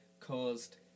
caused